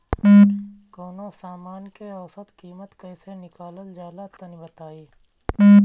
कवनो समान के औसत कीमत कैसे निकालल जा ला तनी बताई?